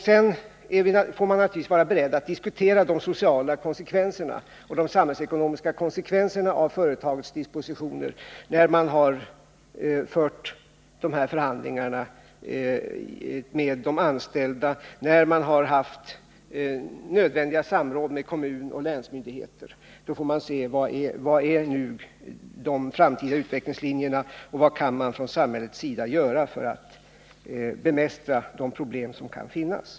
Men vi får naturligtvis vara beredda att diskutera de sociala och samhällsekonomiska konsekvenserna av företagets dispositioner. När företaget har fört förhandlingar med de anställda och det har haft nödvändigt samråd med kommuner och länsmyndigheter får vi se vilka de framtida utvecklingslinjerna är och vad vi från samhällets sida kan göra för att bemästra de problem som kan uppstå.